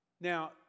Now